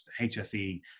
HSE